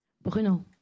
Bruno